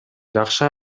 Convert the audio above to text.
жакшы